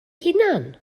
hunan